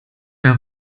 mehr